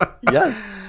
Yes